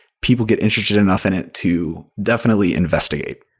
people get interested enough in it to definitely investigate.